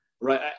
Right